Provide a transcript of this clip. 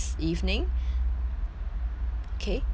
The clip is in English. K mmhmm